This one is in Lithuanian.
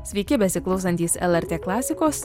sveiki besiklausantys lrt klasikos